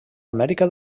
amèrica